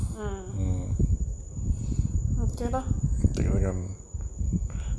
mm okay lah